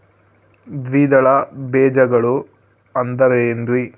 ದ್ವಿದಳ ಬೇಜಗಳು ಅಂದರೇನ್ರಿ?